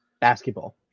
basketball